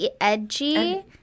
Edgy